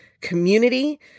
community